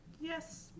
Yes